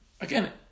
Again